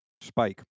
Spike